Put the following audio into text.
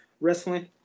wrestling